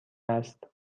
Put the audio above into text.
است